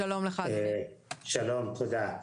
שלום, תודה.